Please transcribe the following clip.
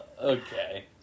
Okay